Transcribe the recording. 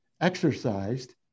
exercised